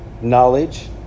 Knowledge